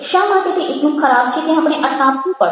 શા માટે તે એટલું ખરાબ છે કે આપણે અટકાવવું પડે